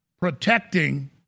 protecting